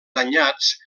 danyats